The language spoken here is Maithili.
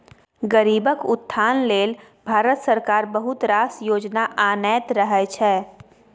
गरीबक उत्थान लेल भारत सरकार बहुत रास योजना आनैत रहय छै